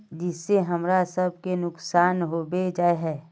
जिस से हमरा सब के नुकसान होबे जाय है?